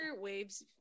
Waves